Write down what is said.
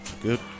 Good